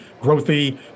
growthy